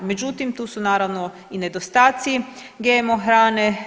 Međutim, tu su naravno i nedostaci GMO hrane.